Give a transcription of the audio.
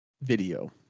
video